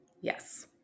yes